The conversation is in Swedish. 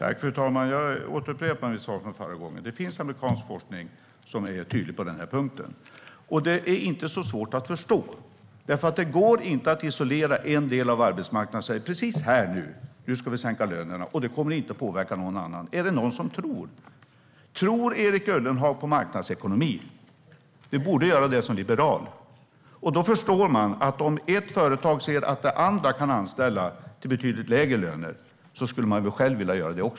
Fru talman! Jag upprepar mitt föregående svar. Det finns amerikansk forskning som är tydlig på den här punkten. Och det är inte så svårt att förstå, för det går inte att isolera en del av arbetsmarknaden och säga: Precis här och nu ska vi sänka lönerna, och det kommer inte att påverka någon annan. Är det någon som tror det? Tror Erik Ullenhag på marknadsekonomi? Du borde göra det som liberal. Då förstår man att om ett företag ser att andra kan anställa till betydligt lägre löner vill det företaget också göra det.